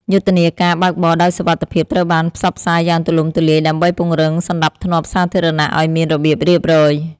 យុទ្ធនាការបើកបរដោយសុវត្ថិភាពត្រូវបានផ្សព្វផ្សាយយ៉ាងទូលំទូលាយដើម្បីពង្រឹងសណ្ដាប់ធ្នាប់សាធារណៈឱ្យមានរបៀបរៀបរយ។